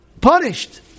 punished